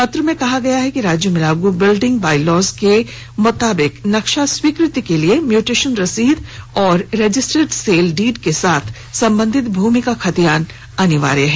पत्र में कहा गया है कि राज्य में लागू बिल्डिंग बाईलॉज के मुताबिक नक्शा स्वीकृति के लिए म्युटेशन रसीद और रजिर्स्टड सेल डीड के साथ संबधित भूमि का खतियान अनिवार्य है